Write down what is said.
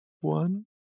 one